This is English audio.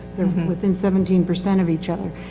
they're within seventeen percent of each other.